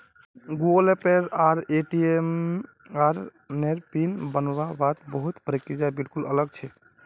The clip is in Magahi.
गूगलपे आर ए.टी.एम नेर पिन बन वात बहुत प्रक्रिया बिल्कुल अलग छे